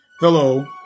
Hello